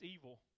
evil